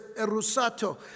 erusato